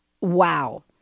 Wow